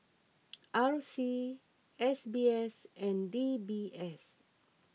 R C S B S and D B S